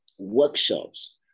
workshops